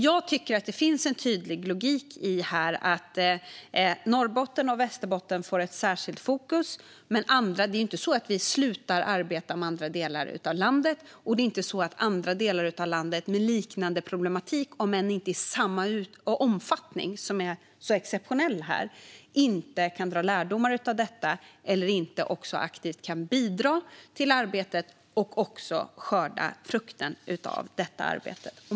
Jag tycker att det finns en särskild logik i att Norrbotten och Västerbotten får ett särskilt fokus. Men det är inte så att vi slutar att arbeta med andra delar av landet, och det är inte så att andra delar av landet med liknande problematik - om än inte i samma omfattning som är så exceptionell här - inte kan dra lärdomar av detta eller inte också aktivt kan bidra till arbetet och även skörda frukten av arbetet.